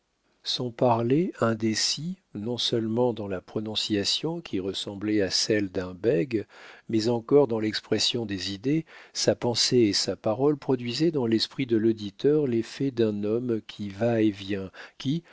son parler indécis non-seulement dans la prononciation qui ressemblait à celle d'un bègue mais encore dans l'expression des idées sa pensée et sa parole produisaient dans l'esprit de l'auditeur l'effet d'un homme qui va et vient qui